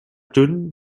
dünn